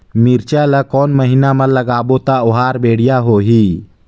मिरचा ला कोन महीना मा लगाबो ता ओहार बेडिया होही?